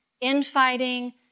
infighting